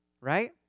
right